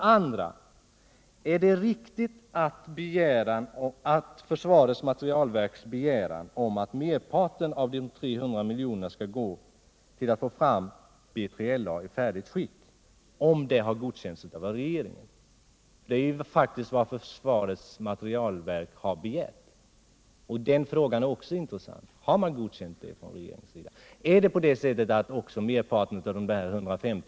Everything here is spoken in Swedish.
Har regeringen för det andra godkänt försvarets materielverks begäran om att merparten av de 300 miljonerna skall åtgå till att få fram B3LA i färdigt skick? Det är ju vad försvarets materielverk har begärt.